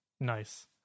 Nice